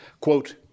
quote